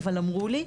אבל אמרו לי,